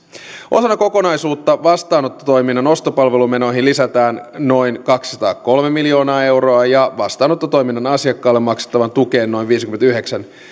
osana kokonaisuutta vastaanottotoiminnan ostopalvelumenoihin lisätään noin kaksisataakolme miljoonaa euroa ja vastaanottotoiminnan asiakkaalle maksettavaan tukeen noin viisikymmentäyhdeksän